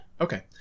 Okay